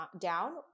down